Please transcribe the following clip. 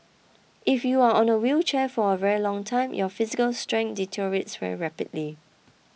if you are on a wheelchair for a very long time your physical strength deteriorates very rapidly